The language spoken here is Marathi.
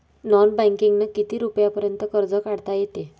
नॉन बँकिंगनं किती रुपयापर्यंत कर्ज काढता येते?